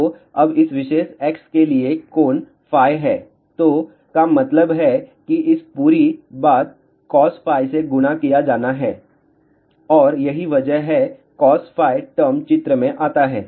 तो अब इस विशेष x के लिए यह कोण φ है तो का मतलब है कि इस पूरी बात cos φ से गुणा किया जाना है और यही वजह है cos φ टर्म चित्र में आता है